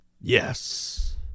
Yes